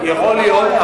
יכול להיות.